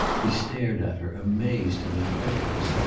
he stared at her, amazed and incredulous.